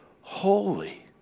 holy